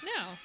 No